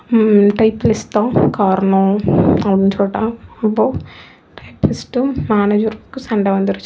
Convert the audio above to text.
typist தான் காரணம் அப்படின்னு சொல்லிட்டாங்க அப்போது டைப்பிஸ்ட்டும் மேனேஜருக்கும் சண்டை வந்துருச்சு